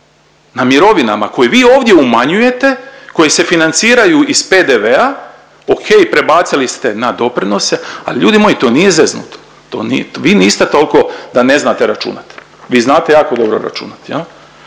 na mirovinama koje vi ovdje umanjujete koje se financiraju iz PDV-a, okej prebacili ste na doprinose, ali ljudi moji to nije zeznuto, to nije, vi niste tolko da ne znate računat, vi znate jako dobro računat